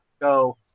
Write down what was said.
go